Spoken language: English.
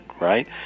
right